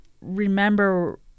remember